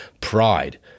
pride